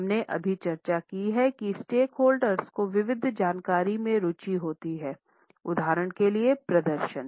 हमने अभी चर्चा की है कि स्टेकहोल्डर को विविध जानकारी में रूचि होती है उदाहरण के लिए प्रदर्शन